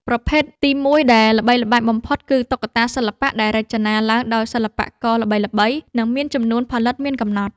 ប្រភេទទីមួយដែលល្បីល្បាញបំផុតគឺ តុក្កតាសិល្បៈ ដែលរចនាឡើងដោយសិល្បករល្បីៗ និងមានចំនួនផលិតមានកំណត់។